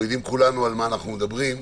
כולנו יודעים על מה אנחנו מדברים.